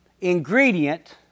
ingredient